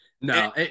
No